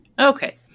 Okay